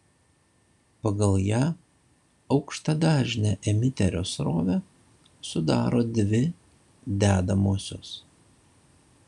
pagal ją aukštadažnę emiterio srovę sudaro dvi dedamosios